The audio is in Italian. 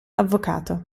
avvocato